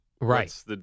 Right